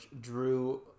Drew